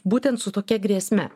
būtent su tokia grėsme